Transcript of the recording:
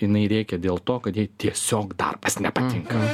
jinai rėkia dėl to kad jai tiesiog darbas nepatinka